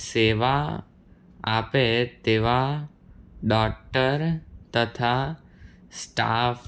સેવા આપે તેવા ડોક્ટર તથા સ્ટાફ